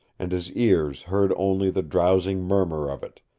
and his ears heard only the drowsing murmur of it,